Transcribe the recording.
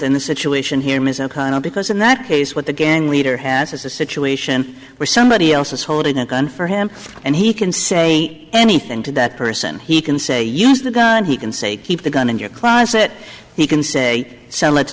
than the situation here ms o'connell because in that case what the gang leader has is a situation where somebody else is holding a gun for him and he can say anything to that person he can say use the gun he can say keep the gun in your closet he can say sell it